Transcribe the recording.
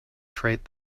freight